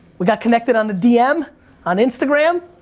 we got connected on the dm, on instagram.